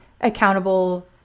accountable